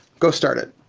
go start it.